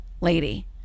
lady